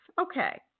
Okay